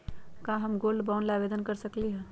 का हम gold bond ला आवेदन कर सकली ह?